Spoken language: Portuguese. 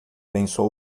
pensou